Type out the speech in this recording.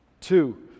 Two